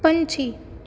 ਪੰਛੀ